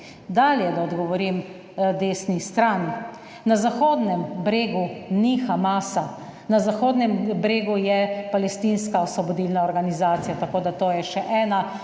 Dalje, da odgovorim desni strani. Na Zahodnem bregu ni Hamasa. Na Zahodnem bregu je Palestinska osvobodilna organizacija. Tako da to je še ena